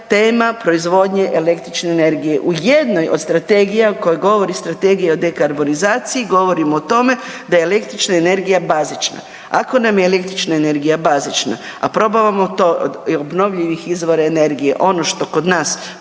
tema proizvodnje električne energije u jednoj od strategija koja govori Strategija o dekarbonizaciji, govorimo o tome da je električna energija bazična. Ako nam je električna energija bazična, a probavamo to od obnovljivih izvora energije ono što kod nas